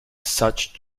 such